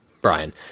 Brian